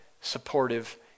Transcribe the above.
supportive